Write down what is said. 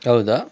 ಹೌದಾ